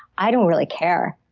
i don't really care,